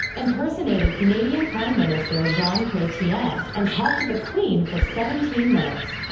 impersonated canadian prime minister jean chretien, and talked to the queen for seventeen minutes.